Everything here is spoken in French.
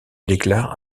déclare